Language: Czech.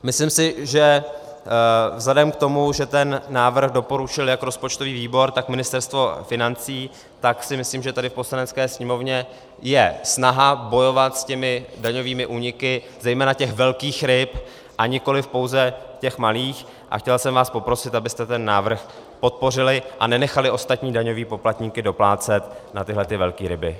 Myslím si, že vzhledem k tomu, že ten návrh doporučil jak rozpočtový výbor, tak Ministerstvo financí, tak tady v Poslanecké sněmovně je snaha bojovat s daňovými úniky zejména těch velkých ryb, nikoli pouze těch malých, chtěl jsem vás poprosit, abyste ten návrh podpořili a nenechali ostatní daňové poplatníky doplácet na tyhle velké ryby.